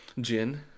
gin